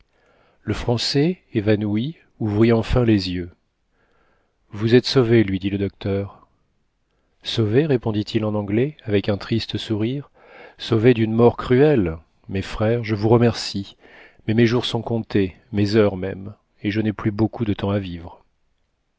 le français évanoui ouvrit enfin les yeux vous êtes sauvé lui dit le docteur sauvé répondit-il en anglais avec un triste sourire sauvé d'une mort cruelle mes frères je vous remercie mais mes jours sont comptés mes heures même et je n'ai plus beaucoup de temps à vivre